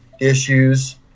issues